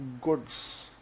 goods